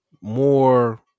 more